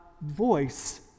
voice